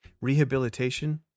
rehabilitation